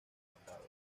estado